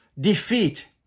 defeat